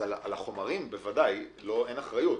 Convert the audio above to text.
על החומרים ודאי אין אחריות.